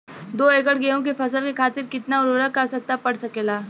दो एकड़ गेहूँ के फसल के खातीर कितना उर्वरक क आवश्यकता पड़ सकेल?